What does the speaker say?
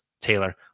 Taylor